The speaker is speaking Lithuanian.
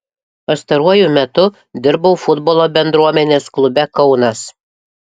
pastaruoju metu dirbau futbolo bendruomenės klube kaunas